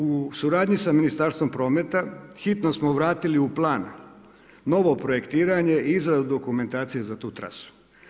U suradnji sa Ministarstvom prometa, hitno smo vratili u plan novo projektiranje i izradu dokumentacije za tu trasu.